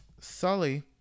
Sully